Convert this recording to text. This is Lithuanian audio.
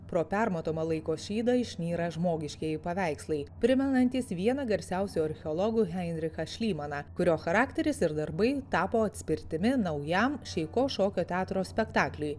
pro permatomą laiko šydą išnyra žmogiškieji paveikslai primenantys vieną garsiausių archeologų heinrichą šlymaną kurio charakteris ir darbai tapo atspirtimi naujam šeiko šokio teatro spektakliui